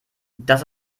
das